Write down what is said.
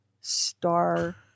star